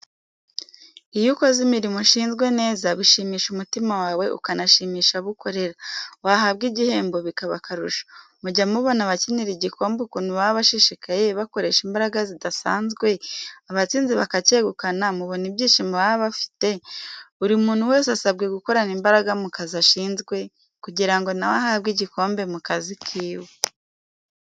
Iyo ukoze imirimo ushinzwe neza bishimisha umutima wawe ukanashimisha abo ukorera, wahabwa igihembo bikaba akarusho. Mujya mubona abakinira igikombe ukuntu baba bashishikaye bakoresha imbaraga zidasanzwe, abatsinze bakacyegukana mubona ibyishimo baba bafite, buri muntu wese asabwe gukorana imbaraga mu kazi ashinzwe, kugira ngo na we ahabwe igikombe mu kazi kiwe.